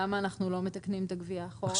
למה אנחנו לא מתקנים את הגבייה אחורה?